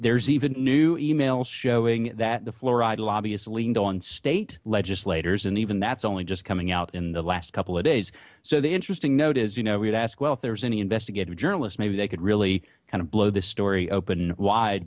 there's even new e mails showing that the florida lobbyist leaned on state legislators and even that's only just coming out in the last couple of days so the interesting note as you know we'd ask well if there's any investigative journalist maybe they could really kind of blow this story open wide